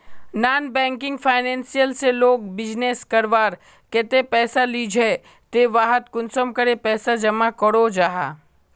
Non banking financial से लोग business करवार केते पैसा लिझे ते वहात कुंसम करे पैसा जमा करो जाहा?